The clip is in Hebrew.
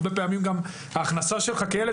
הרבה פעמים גם ההכנסה שלך כילד,